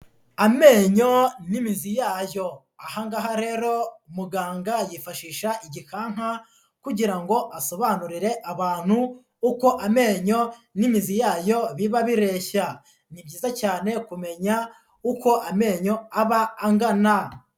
Amenyo n'imizi yayo aha ngaha rero muganga yifashisha igikanka kugira ngo asobanurire abantu uko amenyo n'imizi yayo biba bireshya. Ni byiza cyane kumenya uko amenyo aba angana.